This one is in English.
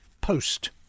post